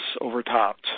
overtopped